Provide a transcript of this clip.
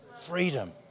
Freedom